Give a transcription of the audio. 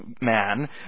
man